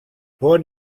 born